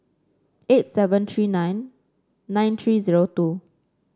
eight seven three nine nine three zero two